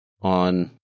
on